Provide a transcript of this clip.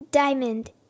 Diamond